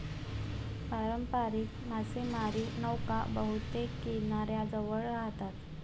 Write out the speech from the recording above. पारंपारिक मासेमारी नौका बहुतेक किनाऱ्याजवळ राहतात